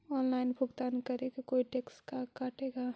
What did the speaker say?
Online भुगतान करे को कोई टैक्स का कटेगा?